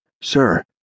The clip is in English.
Sir